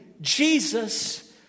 Jesus